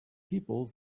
people